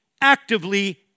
actively